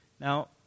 Now